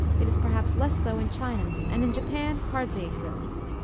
it is, perhaps, less so in china, and in japan hardly exists.